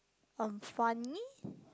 unfunny